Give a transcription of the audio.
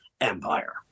empire